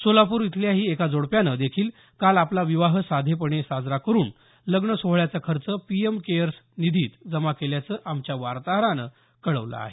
सोलापूर इथल्याही एका जोडप्यानं देखील काल आपला विवाह साधेपणात साजरा करून लग्न सोहळ्याचा खर्च पीएम केअर्स निधीत जमा केल्याचं आमच्या वार्ताहरानं कळवलं आहे